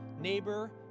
neighbor